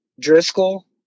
Driscoll